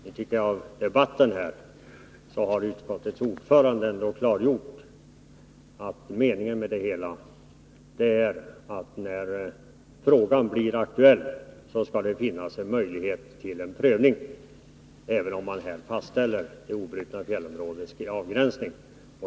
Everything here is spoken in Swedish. I debatten har emellertid utskottets ordförande klargjort att meningen med det hela är, att när frågan blir aktuell skall det finnas möjligheter till prövning, även om man här fastställer det obrutna fjällområdets avgränsning.